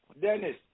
Dennis